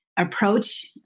approach